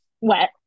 wet